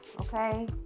okay